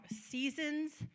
seasons